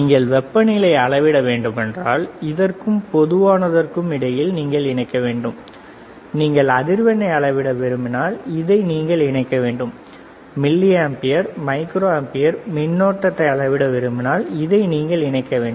நீங்கள் வெப்பநிலையை அளவிட வேண்டுமென்றால் இதற்கும் பொதுவானதற்கும் இடையில் நீங்கள் இணைக்க வேண்டும் நீங்கள் அதிர்வெண்ணை அளவிட விரும்பினால் இதை நீங்கள் இணைக்க வேண்டும் மில்லி ஆம்பியர் மைக்ரோ ஆம்பியர் மின்னோட்டத்தை அளவிட விரும்பினால் இதை நீங்கள் இணைக்க வேண்டும்